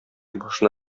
башына